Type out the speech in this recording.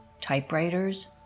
typewriters